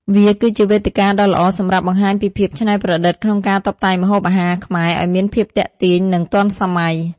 វាគឺជាវេទិកាដ៏ល្អសម្រាប់បង្ហាញពីភាពច្នៃប្រឌិតក្នុងការតុបតែងម្ហូបអាហារខ្មែរឱ្យមានភាពទាក់ទាញ និងទាន់សម័យ។